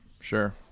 Sure